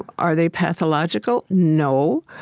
are they pathological? no.